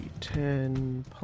ten